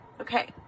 Okay